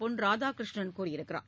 பொன் ராதாகிருஷ்ணன் கூறியுள்ளார்